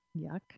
Yuck